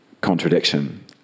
contradiction